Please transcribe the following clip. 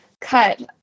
cut